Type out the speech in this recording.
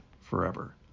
forever